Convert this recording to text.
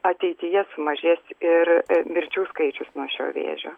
ateityje sumažės ir mirčių skaičius nuo šio vėžio